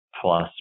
plus